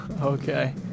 Okay